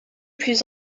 plus